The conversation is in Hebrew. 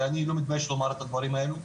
אני לא מתבייש לומר את הדברים האלו,